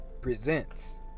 presents